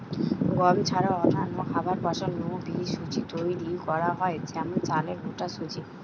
গম ছাড়া অন্যান্য খাবার ফসল নু বি সুজি তৈরি করা হয় যেমন চালের ভুট্টার সুজি